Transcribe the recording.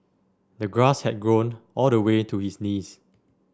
the grass had grown all the way to his knees